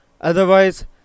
otherwise